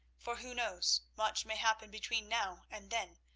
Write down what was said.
for, who knows much may happen between now and then,